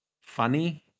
funny